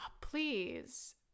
please